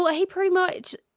ah he pretty much,